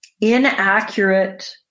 inaccurate